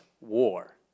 war